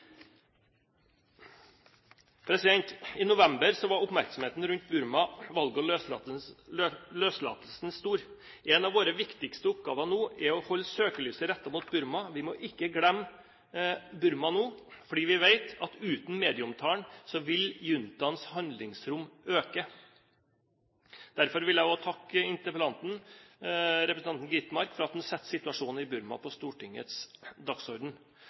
I november var oppmerksomheten rundt Burma, valget og løslatelsen stor. En av våre viktigste oppgaver nå er å holde søkelyset rettet mot Burma. Vi må ikke glemme Burma nå, fordi vi vet at uten medieomtalen vil juntaens handlingsrom øke. Derfor vil jeg også takke interpellanten, representanten Skovholt Gitmark, for at han setter situasjonen i Burma på Stortingets dagsorden.